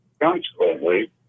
Consequently